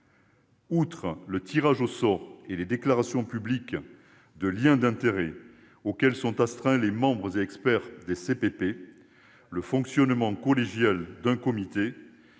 Outre le tirage au sort et les déclarations publiques de liens d'intérêts auxquelles sont astreints les membres et experts des CPP, le fonctionnement collégial d'un comité,